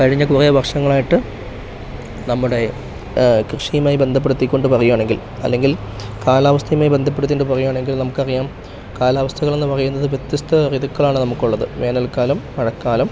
കഴിഞ്ഞ കുറെ വർഷങ്ങളായിട്ട് നമ്മുടെ കൃഷിയുമായി ബന്ധപ്പെടുത്തിക്കൊണ്ട് പറയാണെങ്കിൽ അല്ലെങ്കിൽ കാലാവസ്ഥയ്മായി ബന്ധപ്പെടുത്തിയിണ്ട് പറയാണെങ്കിൽ നമുക്ക് അറിയാം കാലാവസ്ഥകൾ എന്ന് പറയുന്നത് വ്യത്യസ്ത ഋതുക്കളാണ് നമുക്ക് ഉള്ളത് വേനൽക്കാലം മഴക്കാലം